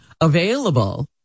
available